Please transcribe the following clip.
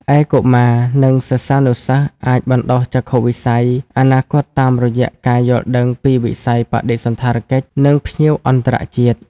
ឯកុមារ និងសិស្សានុសិស្សអាចបណ្ដុះចក្ខុវិស័យអនាគតតាមរយៈការយល់ដឹងពីវិស័យបដិសណ្ឋារកិច្ច និងភ្ញៀវអន្តរជាតិ។